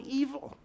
evil